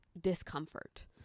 discomfort